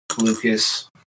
Lucas